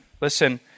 listen